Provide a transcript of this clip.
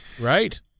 Right